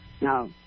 Now